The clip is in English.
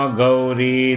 Gauri